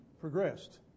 progressed